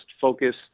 focus